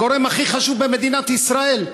הגורם הכי חשוב במדינת ישראל,